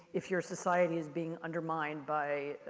if your society is being undermined by,